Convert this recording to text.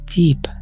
deep